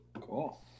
Cool